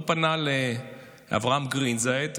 פנה לאברהם גרינצייג,